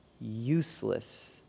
useless